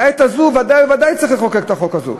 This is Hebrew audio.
בעת הזאת ודאי וודאי שצריך לחוקק את החוק הזה.